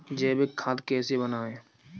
जैविक खाद कैसे बनाएँ?